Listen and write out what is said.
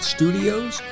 Studios